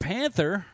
Panther